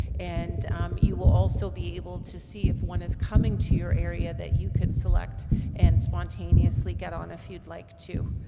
and you will also be able to see if one is coming to your area that you could select and spontaneously get on if you'd like to.